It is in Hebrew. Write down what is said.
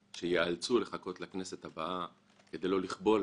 שיאלצו לחכות לכנסת הבאה כדי לא לכבול